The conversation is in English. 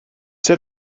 said